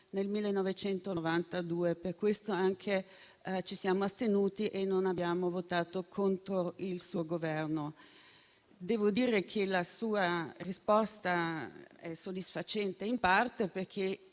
nel 1992; anche per questo ci siamo astenuti e non abbiamo votato contro il suo Governo. Devo dire che la sua risposta è soddisfacente in parte, perché